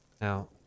Now